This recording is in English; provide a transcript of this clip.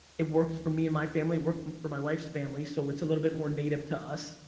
it works for me and my family, working for my wife's family, so it's a little bit more native to us.